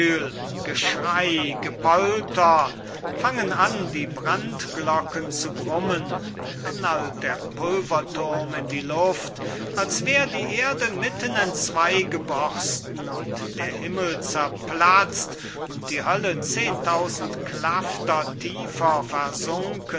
gepolter fangen an die brandglocken zu brummen knallt der pulverthurm in die luft als wär die erde mitten entzwey geborsten und der himmel zerplazt und die hölle zehntausend klafter tiefer versunken